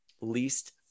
least